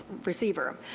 receiver.